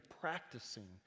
practicing